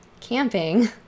camping